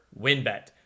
WinBet